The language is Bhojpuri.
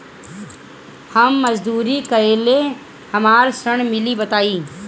हम मजदूरी करीले हमरा ऋण मिली बताई?